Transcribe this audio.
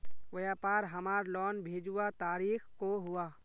व्यापार हमार लोन भेजुआ तारीख को हुआ?